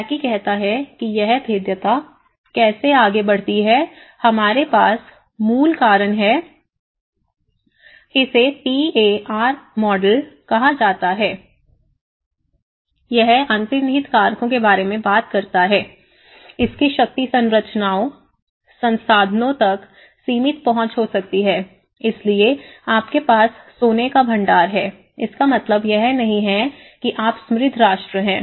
Blackie कहता है कि यह भेद्यता कैसे आगे बढ़ती है हमारे पास मूल कारण हैं इसे पी ए आर मॉडल कहा जाता है यह अंतर्निहित कारकों के बारे में बात करता है इसकी शक्ति संरचनाओं संसाधनों तक सीमित पहुंच हो सकती है इसलिए आपके पास सोने का भंडार है इसका मतलब यह नहीं है कि आप समृद्ध राष्ट्र हैं